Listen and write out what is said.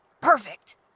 Perfect